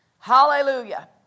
Hallelujah